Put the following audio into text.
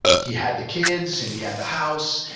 he had the kids and he had the house,